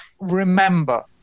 remember